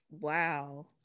Wow